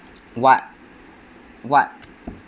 what what